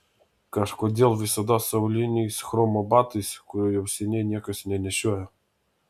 kažkodėl visada su auliniais chromo batais kurių jau seniai niekas nenešioja